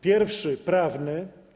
Pierwszy - prawny.